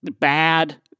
bad